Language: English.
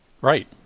Right